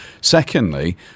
Secondly